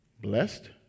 Blessed